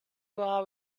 while